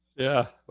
yeah,